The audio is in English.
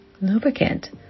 lubricant